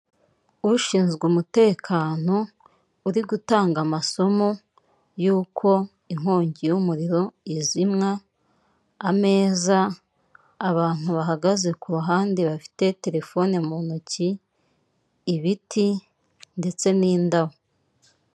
Ushinzwe umutekano uri gutanga amasomo y'uko inkongi y'umuriro izimywa, ameza, abantu bahagaze ku ruhande bafite terefone mu ntoki, ibiti ndetse n'indabo.